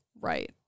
Right